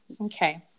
okay